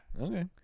okay